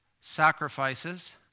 sacrifices